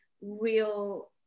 real